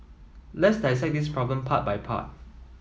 let's dissect this problem part by part